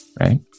right